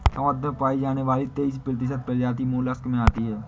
समुद्र में पाई जाने वाली तेइस प्रतिशत प्रजातियां मोलस्क में आती है